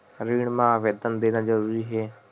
ऋण मा आवेदन देना जरूरी हे?